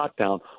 lockdown